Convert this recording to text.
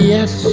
Yes